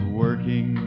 working